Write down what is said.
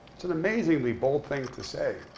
it's an amazingly bold thing to say.